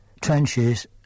trenches